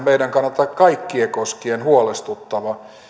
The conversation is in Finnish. meidän kannaltamme kaikkia koskien huolestuttava